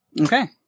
Okay